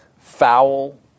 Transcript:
foul